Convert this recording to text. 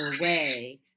away